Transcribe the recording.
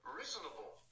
reasonable